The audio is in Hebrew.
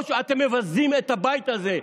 אתם מבזים את הבית הזה.